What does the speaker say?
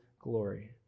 glory